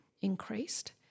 increased